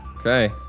Okay